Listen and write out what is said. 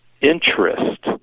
interest